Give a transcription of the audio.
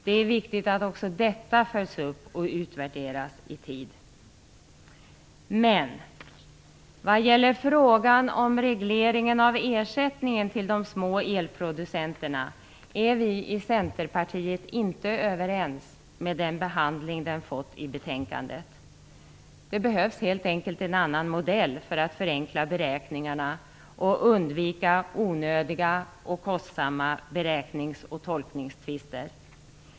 Det är viktigt att också detta följs upp och utvärderas i tid. Vi i Centerpartiet är inte överens med övriga vad gäller den behandling som frågan om regleringen av ersättningen till de små elproducenterna fått i betänkandet. Det behövs helt enkelt en annan modell för att förenkla beräkningarna och undvika onödiga och kostsamma beräknings och tolkningstvister.